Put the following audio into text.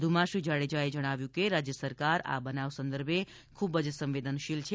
વધુમાં શ્રી જાડેજાએ જણાવ્યું છે કે રાજ્ય સરકાર આ બનાવ સંદર્ભે ખૂબ જ સંવેદનશીલ છે